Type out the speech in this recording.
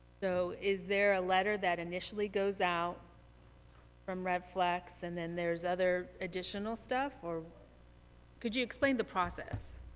so is there a letter that initially goes out from red flex and then there's other additional stuff? or could you explain the process.